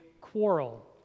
quarrel